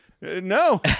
no